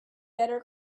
better